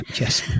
Yes